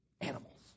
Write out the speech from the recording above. animals